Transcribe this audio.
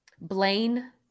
Blaine